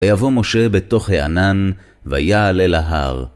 ויבוא משה בתוך הענן, ויעל אל ההר.